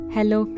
Hello